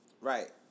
Right